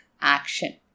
action